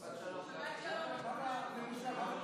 ההצעה להעביר את